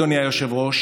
אדוני היושב-ראש,